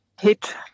hit